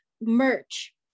merch